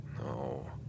no